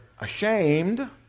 ashamed